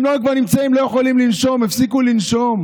הם לא נמצאים, הם לא יכולים לנשום, הפסיקו לנשום.